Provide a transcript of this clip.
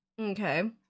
Okay